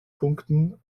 punkten